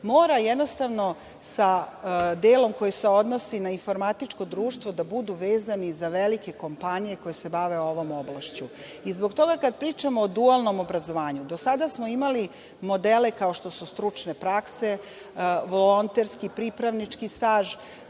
mora jednostavno sa delom koji se odnosi na informatičko društvo da budu vezani za velike kompanije koje se bave ovom oblašću. Zbog toga kad pričamo o dualnom obrazovanju, do sada smo imali modele kao što su stručne prakse, volonterski, pripravnički staž,